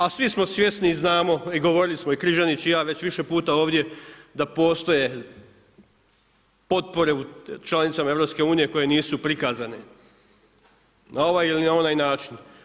A svi smo svjesni i znamo i govorili smo i Kržanić i ja već više puta ovdje, da postoje potpore članicama EU, koje nisu prikazane, na ovaj ili na onaj način.